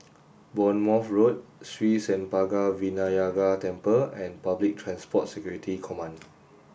Bournemouth Road Sri Senpaga Vinayagar Temple and Public Transport Security Command